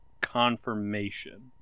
Confirmation